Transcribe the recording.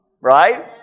right